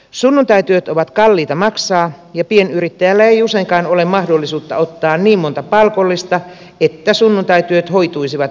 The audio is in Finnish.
sunnuntaityöt ovat kalliita maksaa ja pienyrittäjällä ei useinkaan ole mahdollisuutta ottaa niin monta palkollista että sunnuntaityöt hoituisivat inhimillisesti